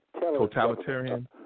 Totalitarian